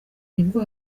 nibwo